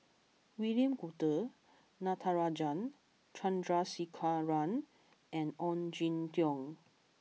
William Goode Natarajan Chandrasekaran and Ong Jin Teong